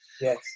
Yes